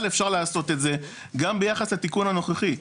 אפשר לעשות את זה גם ביחס לתיקון הנוכחי.